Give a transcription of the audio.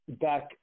back